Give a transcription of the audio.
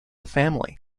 family